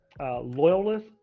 Loyalist